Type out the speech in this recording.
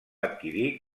adquirir